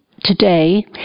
today